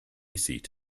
seat